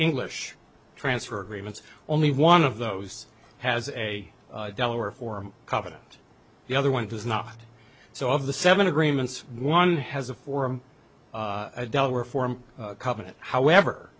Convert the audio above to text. english transfer agreements only one of those has a delaware form covered and the other one does not so of the seven agreements one has a form of delaware form covenant however